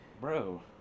Bro